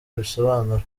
abisobanura